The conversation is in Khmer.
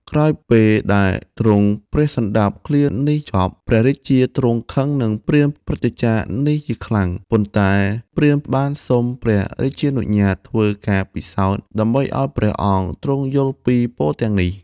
ក្រោយពេលដែលទ្រង់ព្រះសណ្តាប់ឃ្លានេះចប់ ព្រះរាជាទ្រង់ខឹងនឹងព្រាហ្មណ៍ព្រឹទ្ធាចារ្យនេះជាខ្លាំង ប៉ុន្តែព្រាហ្មណ៍បានសុំព្រះរាជានុញ្ញាតធ្វើការពិសោធន៍ ដើម្បីឲ្យព្រះអង្គទ្រង់យល់ពីពរទាំងនេះ។